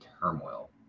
turmoil